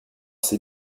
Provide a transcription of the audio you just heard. c’est